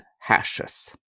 hashes